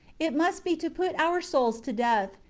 it must be to put our souls to death,